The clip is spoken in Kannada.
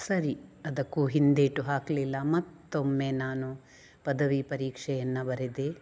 ಸರಿ ಅದಕ್ಕೂ ಹಿಂದೇಟು ಹಾಕಲಿಲ್ಲ ಮತ್ತೊಮ್ಮೆ ನಾನು ಪದವಿ ಪರೀಕ್ಷೆಯನ್ನು ಬರೆದೆ